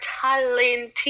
talented